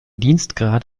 dienstgrad